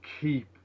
keep